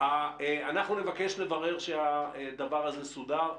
אנחנו נבקש לברר שהדבר הזה סודר,